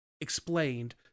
explained